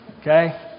Okay